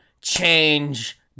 change